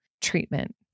treatment